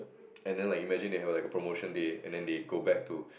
and then like imagine they have like a promotion day and then they go back to